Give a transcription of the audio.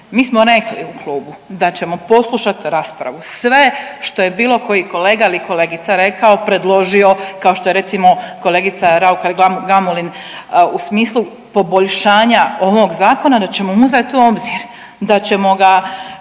Mi smo rekli u klubu da ćemo poslušati raspravu, sve što je bilo koji kolega ili kolegica rekao, predložio, kao što je recimo, kolegica Raukar-Gamulin u smislu poboljšanja ovog Zakona, da ćemo uzeti u obzir, da ćemo ga